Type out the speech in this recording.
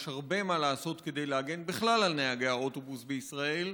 יש הרבה מה לעשות כדי להגן בכלל על נהגי האוטובוס בישראל,